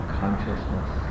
consciousness